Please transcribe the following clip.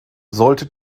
sollte